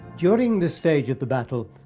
during this stage of the battle,